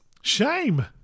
Shame